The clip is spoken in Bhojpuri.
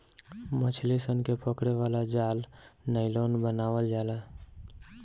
मछली सन के पकड़े वाला जाल नायलॉन बनावल जाला